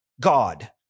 God